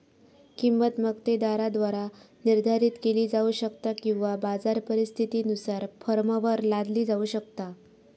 किंमत मक्तेदाराद्वारा निर्धारित केली जाऊ शकता किंवा बाजार परिस्थितीनुसार फर्मवर लादली जाऊ शकता